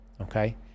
Okay